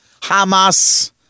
Hamas